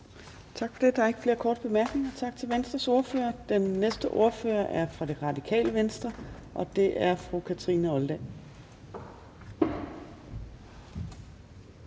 Tak for det. Der er ikke flere korte bemærkninger. Tak til Venstres ordfører. Den næste ordfører er fra Det Radikale Venstre, og det er fru Kathrine Olldag.